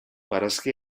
barazki